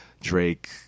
Drake